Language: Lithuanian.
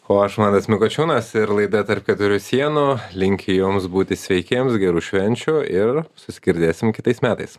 o aš mantas mikočiūnas ir laida tarp keturių sienų linki jums būti sveikiems gerų švenčių ir susigirdėsim kitais metais